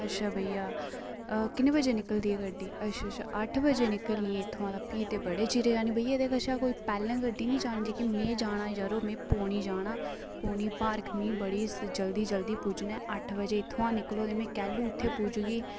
अच्छा भैया किन्ने बजे निकलदी ऐ गड्डी अच्छा अच्छा अट्ठ बजे निकलनी ऐ इत्थूं दा फ्ही ते बड़े चिरें जानी भैया एहदे कशा कोई पैह्लें गड्डी नेईं जानी जेह्की में जाना जरो में पौनी जाना पौनी भारख मीं बडी जल्दी जल्दी पुज्जना ऐ अट्ठ बजे इत्थुआं निकलो ते में किस लै उत्थै पुजगी